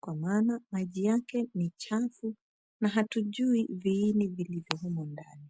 kwa maana maji yake ni chafu na hatujui viini vilivyo humo ndani.